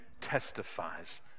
testifies